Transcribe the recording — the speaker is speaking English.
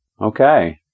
Okay